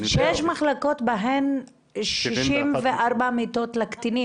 שש מחלקות, בהן 64 מיטות לקטינים.